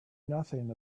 nothing